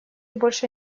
больше